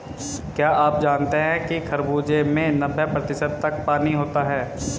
क्या आप जानते हैं कि खरबूजे में नब्बे प्रतिशत तक पानी होता है